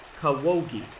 Kawogi